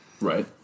right